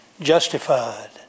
justified